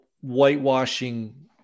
whitewashing